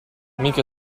mica